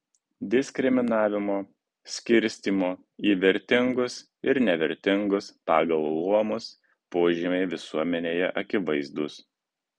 diskriminavimo skirstymo į vertingus ir nevertingus pagal luomus požymiai visuomenėje akivaizdūs